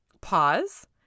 Pause